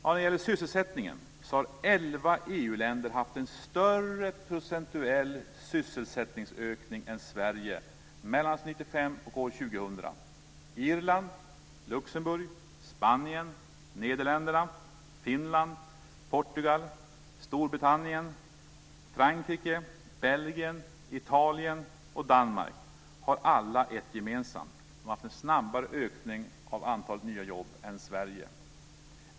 När det gäller sysselsättningen har elva EU länder haft en större procentuell sysselsättningsökning än Sverige mellan år 1995 och år 2000. Irland, Danmark har alla ett gemensamt, de har haft en snabbare ökning av antalet nya jobb än Sverige.